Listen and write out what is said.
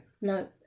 no